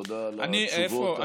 תודה על התשובות המפורטות.